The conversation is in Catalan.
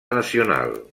nacional